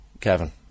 Kevin